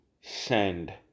send